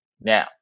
Now